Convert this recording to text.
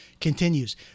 continues